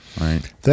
Right